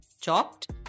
chopped